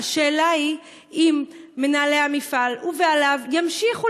השאלה היא אם מנהלי המפעל ובעליו ימשיכו